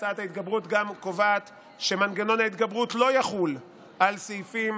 הצעת ההתגברות קובעת גם שמנגנון ההתגברות לא יחול על סעיפים